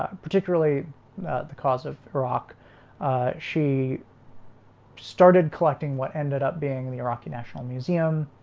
ah particularly the cause of iraq she started collecting what ended up being and the iraqi national museum